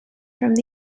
from